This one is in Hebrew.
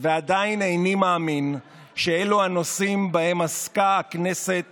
ועדיין איני מאמין שאלה הנושאים שבהם עסקה הכנסת